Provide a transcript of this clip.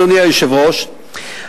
אדוני היושב-ראש,